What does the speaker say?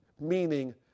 meaning